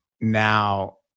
now